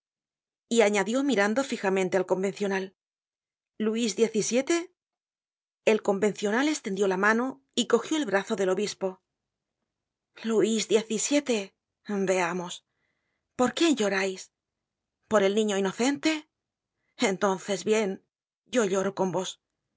y añadió mirando fijamente al convencional luis xvii el convencional estendió la mano y cogió el brazo del obispo luis xvii veamos por quién llorais por el niño inocente entonces bien yo lloro con vos